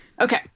Okay